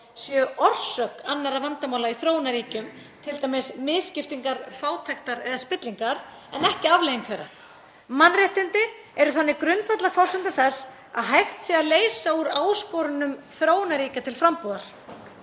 séu orsök annarra vandamála í þróunarríkjum, t.d. misskiptingar fátæktar eða spillingar, en ekki afleiðing þeirra. Mannréttindi eru þannig grundvallarforsenda þess að hægt sé að leysa úr áskorunum þróunarríkja til frambúðar.